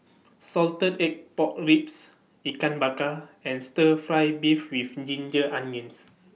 Salted Egg Pork Ribs Ikan Bakar and Stir Fry Beef with Ginger Onions